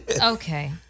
okay